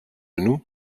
nous